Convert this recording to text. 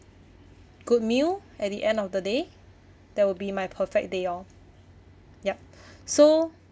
good meal at the end of the day that will be my perfect day orh yup so